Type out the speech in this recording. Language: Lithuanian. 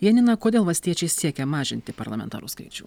janina kodėl valstiečiai siekia mažinti parlamentarų skaičių